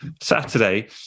Saturday